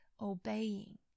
obeying